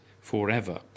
forever